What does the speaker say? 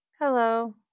Hello